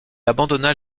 abandonna